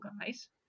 guys